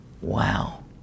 Wow